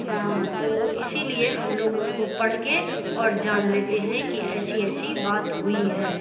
تو اسی لیے ہم لوگ اس کو پڑھ کے اور جان لیتے ہیں کہ ایسی ایسی بات ہوئی ہے